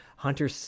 Hunter